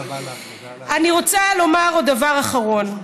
אני רוצה לומר עוד דבר אחרון.